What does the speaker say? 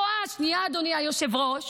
שנייה, אדוני היושב-ראש.